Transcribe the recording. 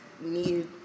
need